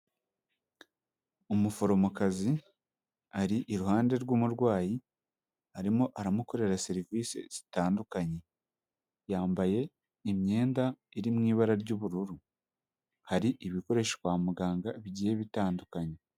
Umuforomokazi ari iruhande rw'umurwayi, arimo aramukorera serivisi zitandukanye, yambaye imyenda iri mu ibara ry'ubururu, hari ibikoreshwa kwa muganga bigiye bitandukanye.